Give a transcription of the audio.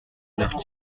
l’heure